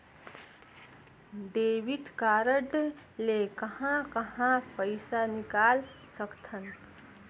Debit card ले कहां कहां पइसा निकाल सकथन?